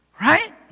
Right